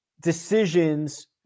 decisions